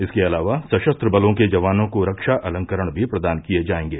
इसके अलावा सशस्त्र बलों के जवानों को रक्षा अलंकरण भी प्रदान किये जायेंगे